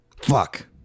Fuck